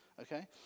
Okay